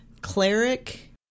Cleric